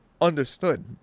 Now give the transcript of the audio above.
understood